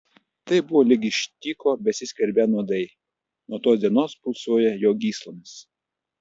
tai buvo lyg iš tyko besiskverbią nuodai nuo tos dienos pulsuoją jo gyslomis